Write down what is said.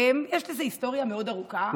יש לזה היסטוריה מאוד ארוכה.